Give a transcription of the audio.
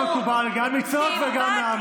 חבר הכנסת ארבל, לא מקובל גם לצעוק וגם לעמוד.